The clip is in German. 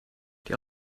die